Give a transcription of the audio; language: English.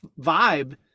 vibe